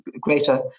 greater